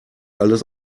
alles